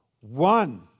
One